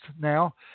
now